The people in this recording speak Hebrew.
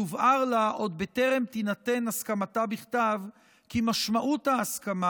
יובהר לה עוד בטרם תינתן הסכמתה בכתב כי משמעות ההסכמה